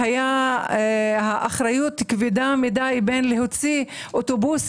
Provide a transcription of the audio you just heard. ושהו פחות משנה אחת ולא מיצו את מלוא הזכויות שלהם כעולים חדשים.